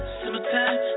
summertime